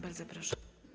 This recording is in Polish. Bardzo proszę.